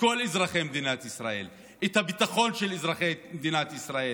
כל אזרחי מדינת ישראל’ את הביטחון של אזרחי מדינת ישראל,